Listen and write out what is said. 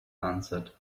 answered